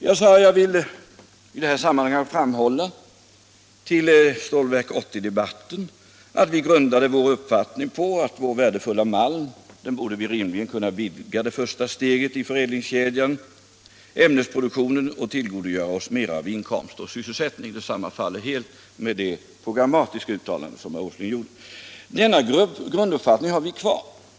Jag ville till Stålverk 80-debatten framhålla att vi grundade vår uppfattning på att vi när det gäller vår värdefulla malm rimligen borde kunna vidga det första steget i förädlingskedjan, ämnesproduktionen, och tillgodogöra oss mera av inkomster och sysselsättning. Detta sammanfaller helt med det programmatiska uttalande som herr Åsling gjorde. Denna grunduppfattning har vi kvar.